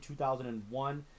2001